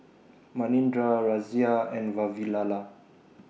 Manindra Razia and Vavilala